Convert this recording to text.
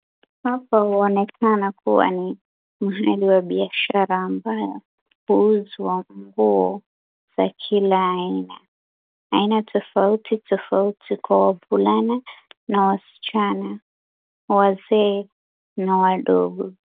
Hapo wanaonekana kuwa ni mahali wa biashara huuzwa ambaye huuzwa nguo za kila aina .Aina tofauti tofauti kwa wavulana na wasichana, wazee na wadogo.